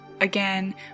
Again